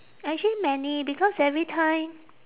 actually many because every time